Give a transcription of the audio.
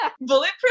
Bulletproof